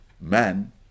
Man